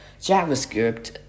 JavaScript